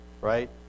right